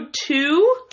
two